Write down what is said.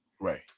Right